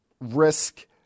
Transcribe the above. risk